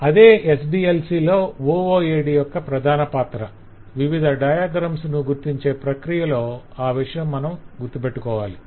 అదే SDLC లో OOAD యొక్క ప్రధాన పాత్ర వివిధ డయాగ్రమ్స్ ను గుర్తించే ప్రక్రియ లో ఆ విషయం మనం గుర్తుపెట్టుకోవాలి